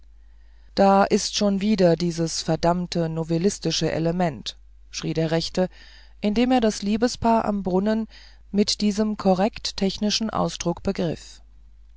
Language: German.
da ist schon wieder dieses verdammte novellistische element schrie der rechts indem er das liebespaar am brunnen mit diesem korrekt technischen ausdruck begriff